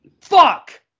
Fuck